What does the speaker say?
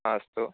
अस्तु